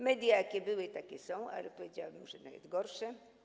Media jakie były, takie są, a powiedziałabym, że nawet gorsze.